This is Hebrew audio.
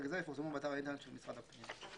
זה יפורסמו באתר האינטרנט של משרד הפנים.